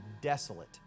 desolate